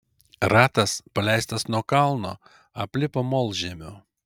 ratas paleistas nuo kalno aplipo molžemiu